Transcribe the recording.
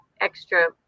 extra